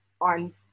on